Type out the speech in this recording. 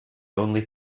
only